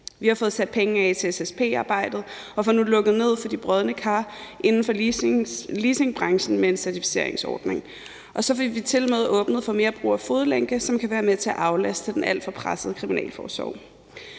Vi har fået sat penge af til SSP-arbejdet og får nu lukket ned for de brodne kar inden for leasingbranchen med en certificeringsordning. Og så fik vi tilmed åbnet for mere brug af fodlænke, som kan være med til at aflaste den alt for pressede kriminalforsorg.